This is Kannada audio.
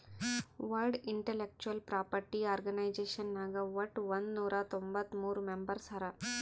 ವರ್ಲ್ಡ್ ಇಂಟಲೆಕ್ಚುವಲ್ ಪ್ರಾಪರ್ಟಿ ಆರ್ಗನೈಜೇಷನ್ ನಾಗ್ ವಟ್ ಒಂದ್ ನೊರಾ ತೊಂಬತ್ತ ಮೂರ್ ಮೆಂಬರ್ಸ್ ಹರಾ